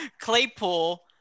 Claypool